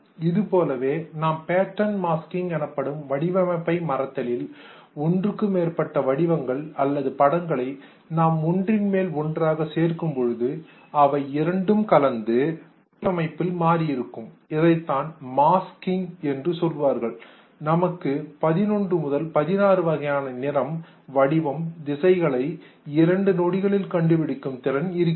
இதுபோலவே நாம் pattern masking எனப்படும் வடிவமைப்பை மறைத்தலில் ஒன்றுக்கு மேற்பட்ட வடிவங்கள் அல்லது படங்களை நாம் ஒன்றின்மேல் ஒன்றாக சேர்க்கும் பொழுது அவை இரண்டும் கலந்து வடிவமைப்பில் மாறி இருக்கும் இதைத்தான் மாஸ்க்கிங் மறைத்தல் என்று சொல்வார்கள் நமக்கு 11 முதல் 16 வகையான நிறம் வடிவம் திசைகளை இரண்டு நொடிகளில் கண்டுபிடிக்கும் திறன் இருக்கிறது